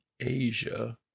Asia